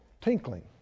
tinkling